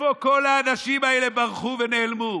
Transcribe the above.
לאיפה כל האנשים האלה ברחו ונעלמו?